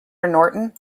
norton